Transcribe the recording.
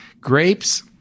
Grapes